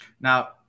Now